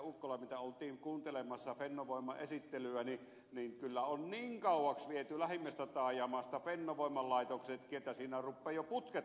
ukkola mitä oltiin kuuntelemassa fennovoiman esittelyssä niin kyllä on niin kauaksi viety lähimmästä taajamasta fennovoiman laitoksetkin että siinä rupeaa jo putket loppumaan rautaruukilta